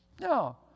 No